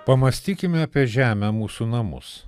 pamąstykime apie žemę mūsų namus